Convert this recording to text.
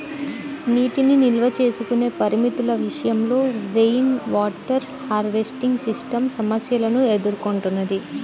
నీటిని నిల్వ చేసుకునే పరిమితుల విషయంలో రెయిన్వాటర్ హార్వెస్టింగ్ సిస్టమ్ సమస్యలను ఎదుర్కొంటున్నది